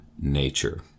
nature